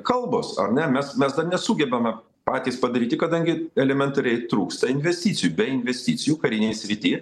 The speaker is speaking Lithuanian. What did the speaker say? kalbos ar ne mes mes dar nesugebame patys padaryti kadangi elementariai trūksta investicijų be investicijų karinėj srity